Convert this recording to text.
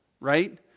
right